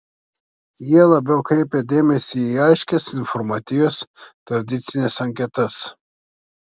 jie labiau kreipia dėmesį į aiškias informatyvias tradicines anketas